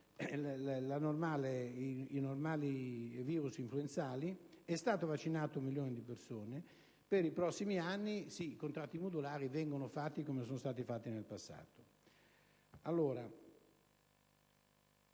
i normali virus influenzali. È stato vaccinato un milione di persone e per i prossimi anni i contratti modulari saranno fatti come in passato. La cosa